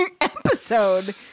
episode